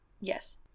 Yes